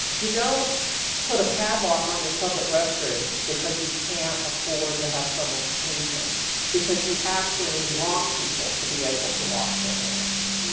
you don't put a padlock on your public restrooms because you can't afford to have someone clean them because you actually want people to be able to wash their hands